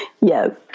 yes